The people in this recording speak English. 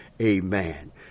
Amen